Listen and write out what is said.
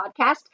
podcast